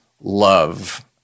love